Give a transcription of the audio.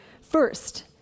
First